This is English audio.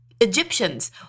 Egyptians